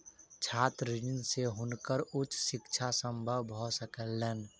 छात्र ऋण से हुनकर उच्च शिक्षा संभव भ सकलैन